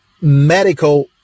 medical